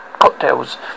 Cocktails